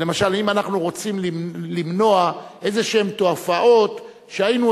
למשל אם אנחנו רוצים למנוע איזה תופעות שהיינו